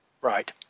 Right